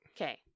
Okay